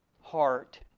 heart